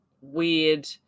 weird